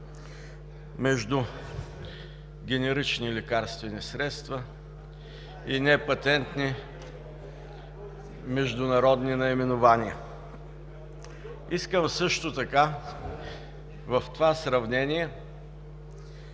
между генерични лекарствени средства и непатентни международни наименования. Искам също така в това сравнение